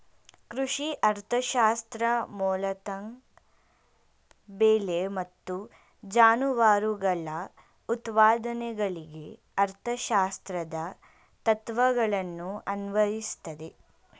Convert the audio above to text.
ಕೃಷಿ ಅರ್ಥಶಾಸ್ತ್ರ ಮೂಲತಃ ಬೆಳೆ ಮತ್ತು ಜಾನುವಾರುಗಳ ಉತ್ಪಾದನೆಗಳಿಗೆ ಅರ್ಥಶಾಸ್ತ್ರದ ತತ್ವಗಳನ್ನು ಅನ್ವಯಿಸ್ತದೆ